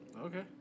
Okay